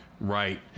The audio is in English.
Right